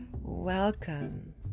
welcome